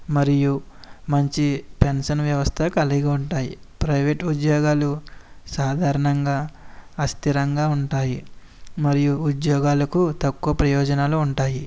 మరియు మంచి పెన్షన్ వ్యవస్థ కలిగి ఉంటాయి ప్రైవేట్ ఉద్యోగాలు సాధారణంగా అస్థిరంగా ఉంటాయి మరియు ఉద్యోగాలకు తక్కువ ప్రయోజనాలు ఉంటాయి